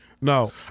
No